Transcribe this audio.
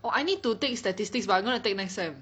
oh I need to take statistics but I'm gonna take next sem